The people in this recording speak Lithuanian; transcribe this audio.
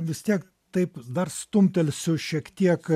vis tiek taip dar stumtelsiu šiek tiek